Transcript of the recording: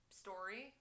story